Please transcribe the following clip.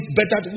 better